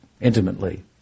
Intimately